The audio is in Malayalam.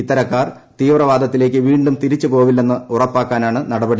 ഇത്തരക്കാർ തീവ്രവാദത്തിലേക്ക് വീണ്ടും തിരിച്ചുപോവില്ലെന്ന് ഉറപ്പാക്കാനാണ് നടപ്പൂടി